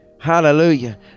Hallelujah